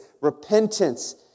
Repentance